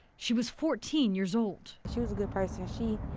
she was fourteen years old. she was a good person. she,